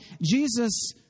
Jesus